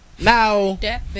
Now